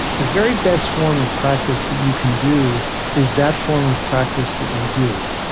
the very best form of practice that you can do is that form of practice that you do,